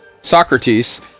Socrates